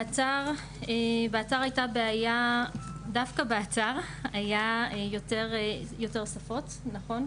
באתר הייתה בעיה, דווקא באתר היה יותר שפות, נכון?